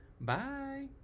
Bye